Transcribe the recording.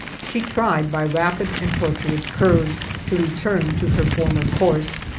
she tried by rapid and tortuous curves to return to her former course,